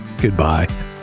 Goodbye